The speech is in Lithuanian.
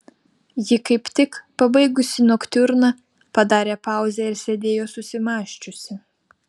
ji kaip tik pabaigusi noktiurną padarė pauzę ir sėdėjo susimąsčiusi